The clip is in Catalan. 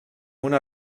una